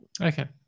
okay